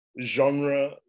genre